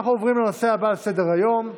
אנחנו עוברים לנושא הבא על סדר-היום,